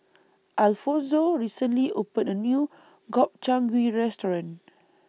Alfonzo recently opened A New Gobchang Gui Restaurant